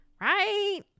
right